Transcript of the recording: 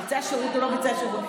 ביצע שירות או לא ביצע שירות.